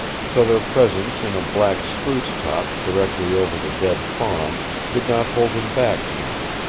so their presence in a black spruce top directly over the dead fawn did not hold him back now.